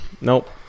Nope